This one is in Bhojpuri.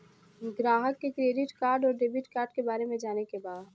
ग्राहक के क्रेडिट कार्ड और डेविड कार्ड के बारे में जाने के बा?